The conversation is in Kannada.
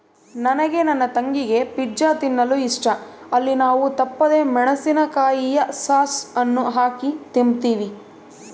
ನನಗೆ ನನ್ನ ತಂಗಿಗೆ ಪಿಜ್ಜಾ ತಿನ್ನಲು ಇಷ್ಟ, ಅಲ್ಲಿ ನಾವು ತಪ್ಪದೆ ಮೆಣಿಸಿನಕಾಯಿಯ ಸಾಸ್ ಅನ್ನು ಹಾಕಿ ತಿಂಬ್ತೀವಿ